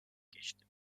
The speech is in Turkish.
geçti